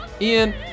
Ian